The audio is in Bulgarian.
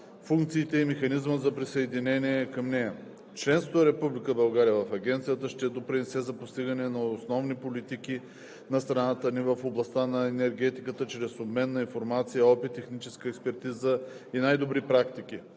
функциите и механизмът за присъединяване към нея. Членството на Република България в Агенцията ще допринесе за постигане на основни политики на страната ни в областта на енергетиката чрез обмен на информация, опит, техническа експертиза и най-добри практики,